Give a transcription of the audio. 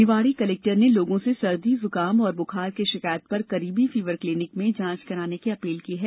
Niwari collector ने लोगों से सर्दी जुकाम और बुखार की शिकायत पर करीबी फीवर क्लीनिक में जांच कराने की अपील की है